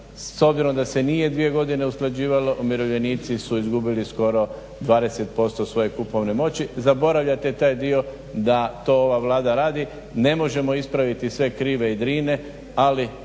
S obzirom da se nije 2 godine usklađivalo umirovljenici su izgubili skoro 20% svoje kupovne moći. Zaboravljate taj dio da to ova Vlada radi. Ne možemo ispraviti sve krive i drine, ali